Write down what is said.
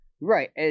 Right